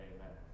Amen